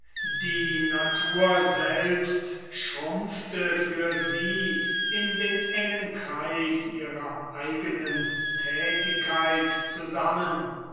die natur selbst schrumpfte für sie in den engen kreis ihrer eigenen tätigkeit zusammen